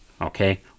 Okay